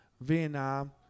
Vietnam